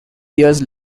years